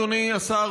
אדוני השר,